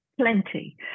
Plenty